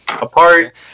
apart